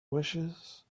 wishes